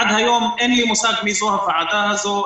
עד היום אין לי מושג מי זו הוועדה הזו.